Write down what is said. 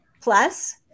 plus